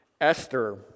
Esther